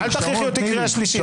אל תכריחי אותי לקריאה שלישית.